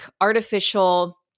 artificial